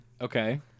Okay